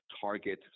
target